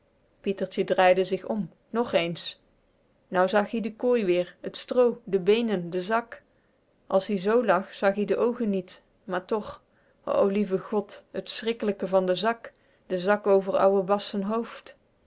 pietertje draaide zich om nog eens nou zag ie de kooi weer t stroo de beenen den zak as-ie z lag zag ie de oogen niet maar toch o lieve god t schrikkelijke van de zak de zak over ouwe bas z'n